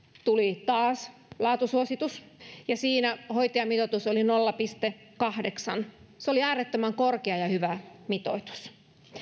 tuli taas laatusuositus ja siinä hoitajamitoitus oli nolla pilkku kahdeksan se oli äärettömän korkea ja hyvä mitoitus